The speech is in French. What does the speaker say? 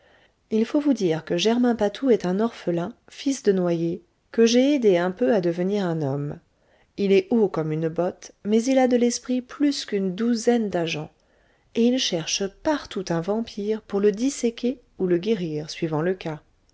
il faut vous dire que germain patou est un orphelin fils de noyé que j'ai aidé un peu à devenir un homme il est haut comme une botte mais il a de l'esprit plus qu'une douzaine da géants et il cherche partout un vampire pour le disséquer ou le guérir suivant le cas